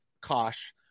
kosh